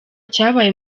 cabaye